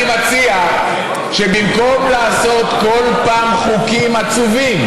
אני אגיד לך מה אני מציע.